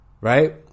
right